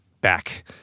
back